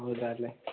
ହଉ ତାହେଲେ